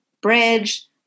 bridge